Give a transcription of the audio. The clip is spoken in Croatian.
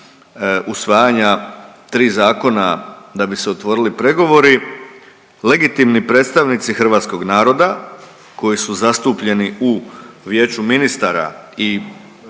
usvajanja tri zakona da bi se otvorili pregovori, legitimni predstavnici hrvatskog naroda koji su zastupljeni u Vijeću ministara i